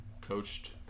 coached